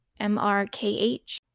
MRKH